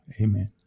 Amen